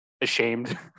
ashamed